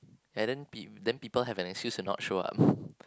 and then pe~ then people have an excuse to not show up